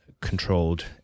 controlled